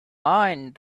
mind